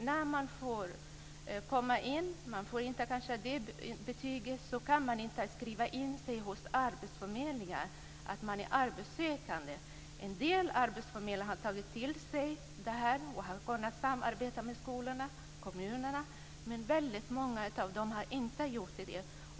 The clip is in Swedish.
Om man kommit in på utbildningen kan man inte skriva in sig hos arbetsförmedlingen som arbetssökande. En del arbetsförmedlare har tagit till sig detta och har kunnat samarbeta med skolorna och kommunerna, men väldigt många av dem har inte gjort det.